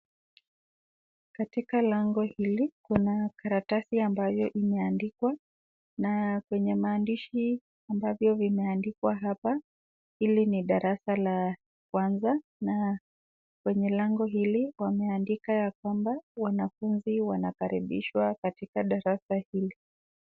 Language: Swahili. Katika lango hili kuna karatasi ambayo imeandikwa na kwenye maandishi ambayo imeandikwa hapa hili ni darasa la kwanza na kwenye lang hili wameandika ya kwamba wanafunzi wanakaribishwa katika darasa hili.